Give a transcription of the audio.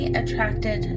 attracted